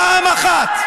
פעם אחת,